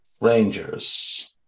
Rangers